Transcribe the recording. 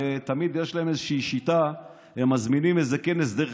תמיד יש להם איזושהי שיטה: הם מזמינים איזה כנס דרך